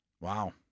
Wow